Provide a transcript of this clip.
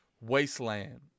Wasteland